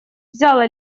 взяла